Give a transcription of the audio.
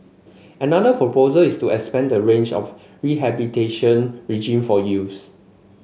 another proposal is to expand the range of rehabilitation regime for youths